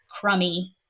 crummy